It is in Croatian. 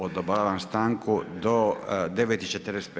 Odobravam stanku, do 9,45.